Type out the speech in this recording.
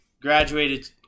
Graduated